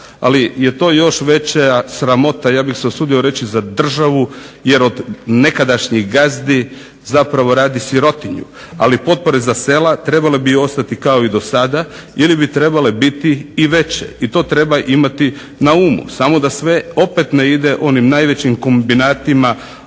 ali je to još veća sramota, ja bih se usudio reći, za državu jer od nekadašnjih gazdi zapravo radi sirotinju. Ali potpore za selo trebale bi ostati kao i do sada ili bi trebale biti i veće i to treba imati na umu, samo da sve opet ne ide onim najvećim kombinatima